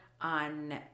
on